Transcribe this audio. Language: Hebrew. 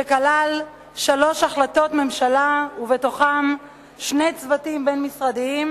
שכלל שלוש החלטות ממשלה ושני צוותים בין-משרדיים.